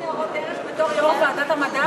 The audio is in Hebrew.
את חוק ניירות ערך בתור יושב-ראש ועדת המדע?